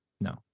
No